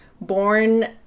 born